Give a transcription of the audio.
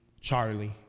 Charlie